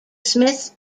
smith